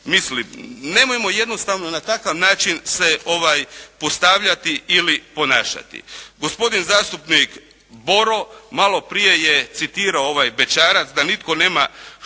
Mislim nemojmo jednostavno na takav način se ostavljati ili ponašati. Gospodin zastupnik Boro malo prije je citirao ovaj bećarac "da nitko nema što